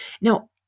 Now